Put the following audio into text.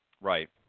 Right